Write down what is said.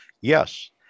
Yes